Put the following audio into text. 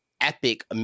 epic